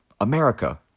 America